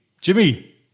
Jimmy